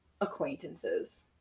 acquaintances